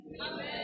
Amen